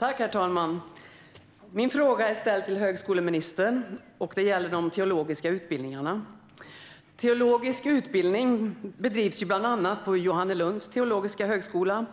Herr talman! Min fråga är ställd till högskoleministern. Den gäller de teologiska utbildningarna. Teologisk utbildning bedrivs bland annat på Johannelunds teologiska högskola.